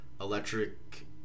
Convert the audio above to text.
electric